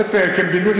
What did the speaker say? כמדיניות,